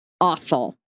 awful